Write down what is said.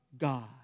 God